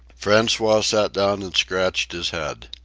francois sat down and scratched his head.